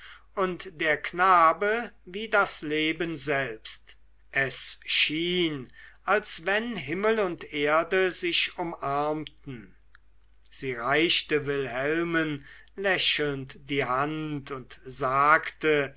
und der knabe wie das leben selbst es schien als wenn himmel und erde sich umarmten sie reichte wilhelmen lächelnd die hand und sagte